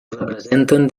representen